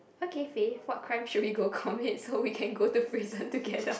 okay Faith what crime should we go commit so we can go to prison together